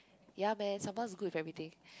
ya man sambal is good with everything